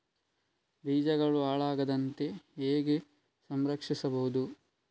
ಬೀಜಗಳು ಹಾಳಾಗದಂತೆ ಹೇಗೆ ಸಂರಕ್ಷಿಸಬಹುದು?